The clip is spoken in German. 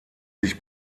sich